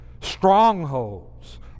strongholds